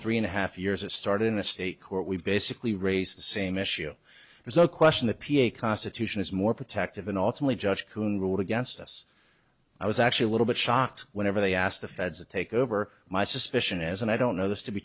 three and a half years a start in a state court we've basically raised the same issue there's no question the p a constitution is more protective and ultimately judge who ruled against us i was actually a little bit shocked whenever they asked the feds to take over my suspicion as and i don't know this to be